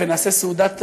ונעשה סעודת הודיה.